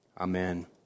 Amen